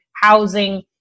housing